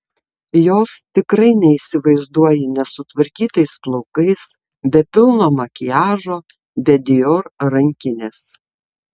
jos tikrai neįsivaizduoji nesutvarkytais plaukais be pilno makiažo be dior rankinės